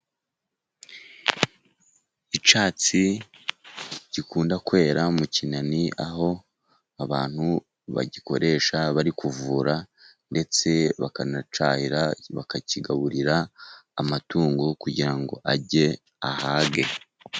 Icyatsi gikunda kwera mu kinani, aho abantu bagikoresha bari kuvura ndetse bakanacyahira, bakakigaburira amatungo kugira ngo arye ahage.